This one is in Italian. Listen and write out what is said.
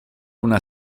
una